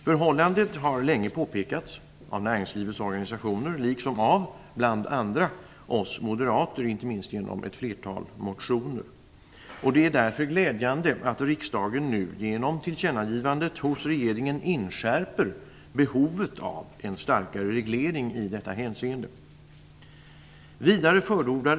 Förhållandet har länge påpekats av näringslivets organisationer liksom av bl.a. oss moderater, inte minst genom ett flertal motioner, och det är därför glädjande att riksdagen nu, genom tillkännagivandet hos regeringen, inskärper behovet av en starkare reglering i detta hänseende.